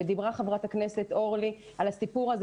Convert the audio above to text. דיברה חברת הכנסת אורלי על הסיפור הזה